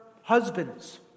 husbands